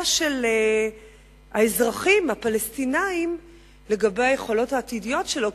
של האזרחים הפלסטינים את היכולת העתידית שלו.